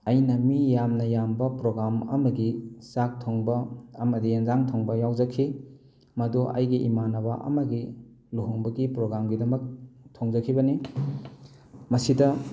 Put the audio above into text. ꯑꯩꯅ ꯃꯤ ꯌꯥꯝꯅ ꯌꯥꯝꯕ ꯄ꯭ꯔꯣꯒ꯭ꯔꯥꯝ ꯑꯃꯒꯤ ꯆꯥꯛ ꯊꯣꯡꯕ ꯑꯃꯗꯤ ꯏꯟꯖꯥꯡ ꯊꯣꯡꯕ ꯌꯥꯎꯖꯈꯤ ꯃꯗꯨ ꯑꯩꯒꯤ ꯏꯃꯥꯟꯅꯕ ꯑꯃꯒꯤ ꯂꯨꯍꯣꯡꯕꯒꯤ ꯄ꯭ꯔꯣꯒ꯭ꯔꯥꯝꯒꯤꯗꯃꯛ ꯊꯣꯡꯖꯈꯤꯕꯅꯤ ꯃꯁꯤꯗ